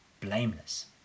blameless